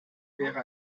wäre